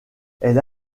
elle